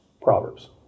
Proverbs